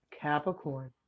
Capricorn